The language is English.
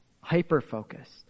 hyper-focused